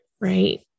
right